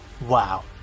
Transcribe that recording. Wow